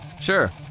Sure